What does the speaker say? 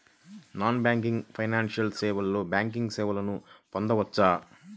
Non banking financial సేవలో banking సేవలను పొందవచ్చా?